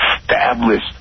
established